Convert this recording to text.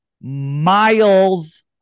miles